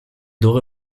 dorée